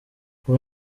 ubu